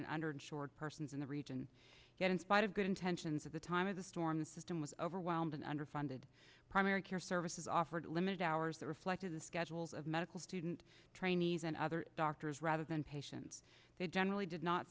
and underinsured persons in the region yet in spite of good intentions of the time of the storm the system was overwhelmed and underfunded primary care services offered limited hours that reflected the schedules of medical student trainees and other doctors rather than patients they generally did not